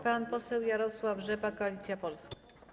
Pan poseł Jarosław Rzepa, Koalicja Polska.